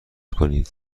کنید